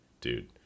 dude